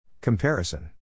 Comparison